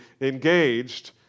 engaged